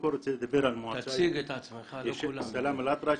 סלאמה אלאטרש,